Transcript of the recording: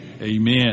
Amen